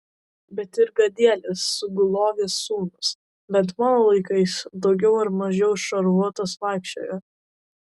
bet ir gadielis sugulovės sūnus bent mano laikais daugiau ar mažiau šarvuotas vaikščiojo